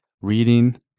reading